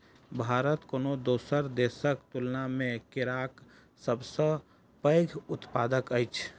भारत कोनो दोसर देसक तुलना मे केराक सबसे पैघ उत्पादक अछि